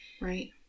Right